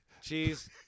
cheese